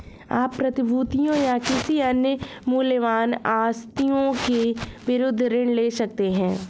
आप प्रतिभूतियों या किसी अन्य मूल्यवान आस्तियों के विरुद्ध ऋण ले सकते हैं